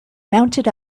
mounted